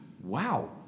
Wow